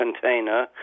container